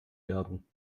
werden